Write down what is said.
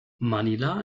manila